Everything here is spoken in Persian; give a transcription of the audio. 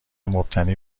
مبتنی